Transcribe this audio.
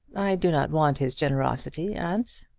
i do not want his generosity, aunt.